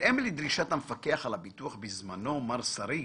בהתאם לדרישת המפקח על הביטוח בזמנו, מר שריג,